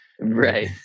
Right